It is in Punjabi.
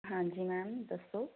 ਹਾਂਜੀ ਮੈਮ ਦੱਸੋ